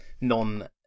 non